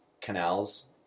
canals